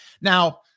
now